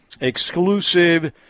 exclusive